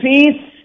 Peace